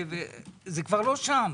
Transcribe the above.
זה כבר לא שם.